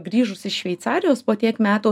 grįžus iš šveicarijos po tiek metų